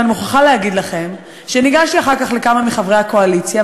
ואני מוכרחה להגיד לכם שניגשתי אחר כך לכמה מחברי הקואליציה,